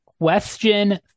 Question